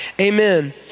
Amen